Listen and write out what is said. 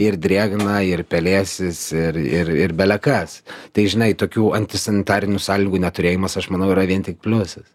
ir drėgna ir pelėsis ir ir ir bele kas tai žinai tokių antisanitarinių sąlygų neturėjimas aš manau yra vien tik pliusas